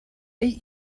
ell